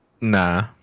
Nah